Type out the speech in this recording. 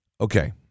okay